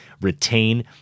retain